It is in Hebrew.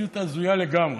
מציאות הזויה לגמרי.